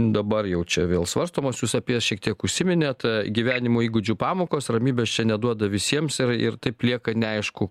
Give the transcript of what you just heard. dabar jau čia vėl svarstomos jūs apie šiek tiek užsiminėt gyvenimo įgūdžių pamokos ramybės čia neduoda visiems ir ir taip lieka neaišku